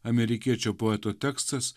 amerikiečio poeto tekstas